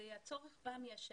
הצורך בא מהשטח.